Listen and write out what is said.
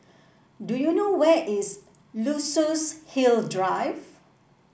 do you know where is Luxus Hill Drive